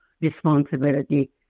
responsibility